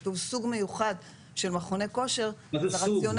כתוב סוג מיוחד של מכוני כושר --- מה זה סוג?